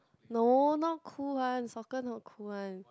no not cool one soccer not cool one